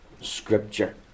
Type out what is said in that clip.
Scripture